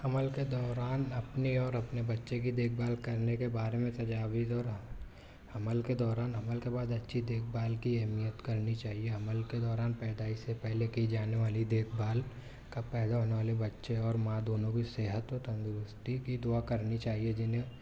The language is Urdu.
حمل کے دوران اپنے اور اپنے بچے کی دیکھ بھال کرنے کے بارے میں تجاویز اور حمل کے دوران حمل کے بعد اچھی دیکھ بھال کی اہمیت کرنی چاہیے حمل کے دوران پیدائش سے پہلے کی جانے والی دیکھ بھال کا پیدا ہونے والے بچے اور ماں دونوں کی صحت و تندرستی کی دعا کرنی چاہیے جنہیں